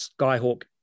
Skyhawk